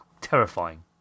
terrifying